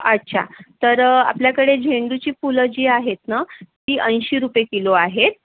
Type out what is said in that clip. अच्छा तर आपल्याकडे झेंडूची फुलं जी आहेत ना ती ऐंशी रुपये किलो आहेत